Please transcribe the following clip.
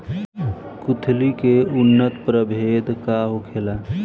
कुलथी के उन्नत प्रभेद का होखेला?